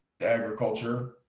agriculture